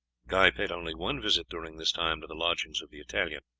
guy paid only one visit during this time to the lodgings of the italian.